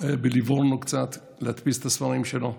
היה בליבורנו קצת, להדפיס את הספרים שלו.